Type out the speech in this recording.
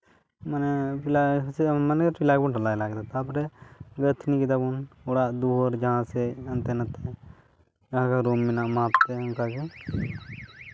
ᱢᱟᱱᱮ ᱯᱤᱞᱟᱨ ᱦᱤᱥᱟᱹᱵ ᱢᱟᱱᱮ ᱯᱤᱞᱟᱨ ᱜᱮᱵᱚᱱ ᱰᱷᱟᱞᱟᱭ ᱞᱟᱜᱟ ᱠᱮᱫᱟ ᱛᱟᱨᱯᱚᱨᱮ ᱜᱟᱹᱛᱷᱱᱤ ᱠᱮᱫᱟᱵᱚᱱ ᱚᱲᱟᱜ ᱫᱩᱣᱟᱹᱨ ᱡᱟᱦᱟᱸ ᱥᱮᱫ ᱦᱟᱱᱛᱮ ᱱᱟᱛᱮ ᱡᱟᱦᱟᱸ ᱠᱚ ᱨᱩᱢ ᱢᱮᱱᱟᱜᱼᱟ ᱢᱟᱯ ᱛᱮ ᱚᱱᱠᱟᱜᱮ